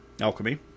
alchemy